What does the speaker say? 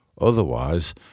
Otherwise